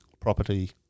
property